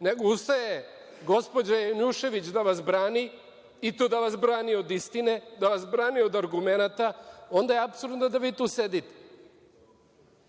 nego ustaje gospođa Janjušević da vas brani, i to da vas brani od istine, da vas brani od argumenata, onda je apsurdno da vi tu